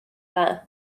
dda